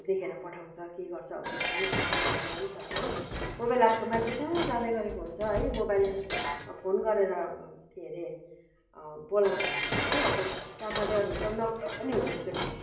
लेखेर पठाउँछ के गर्छ हो त्यस्तो पनि अब त्यो नराम्रो पनि छ हो कोही बेला कोही मान्छे कहाँ जाँदैगरेको हुन्छ है मोबाइलले अब फोन गरेर के अरे बोलाउँछ हो अन्त कहाँ जाँदैगरेको हुन्छ नगई पनि हुँदैन त्यो ठाउँमा